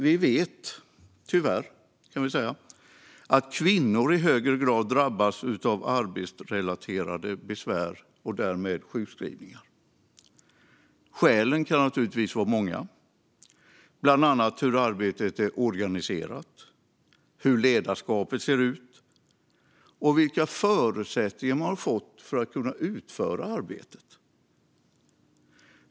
Vi vet att kvinnor tyvärr i högre grad drabbas av arbetsrelaterade besvär och därmed sjukskrivningar. Orsakerna kan naturligtvis vara många, bland annat hur arbetet är organiserat, hur ledarskapet ser ut och vilka förutsättningar man fått för att kunna utföra arbetet.